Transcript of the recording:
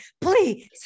please